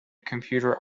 computer